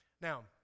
Now